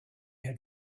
had